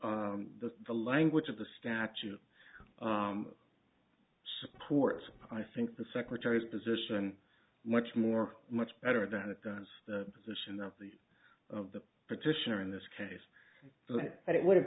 the the language of the statute supports i think the secretary's position much more much better than it does the position of the of the petitioner in this case but it would have